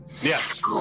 Yes